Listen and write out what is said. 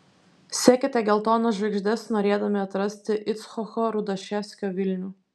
sekite geltonas žvaigždes norėdami atrasti icchoko rudaševskio vilnių